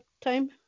time